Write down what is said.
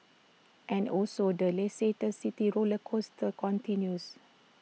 and also the Leicester city roller coaster continues